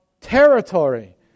territory